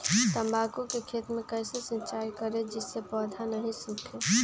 तम्बाकू के खेत मे कैसे सिंचाई करें जिस से पौधा नहीं सूखे?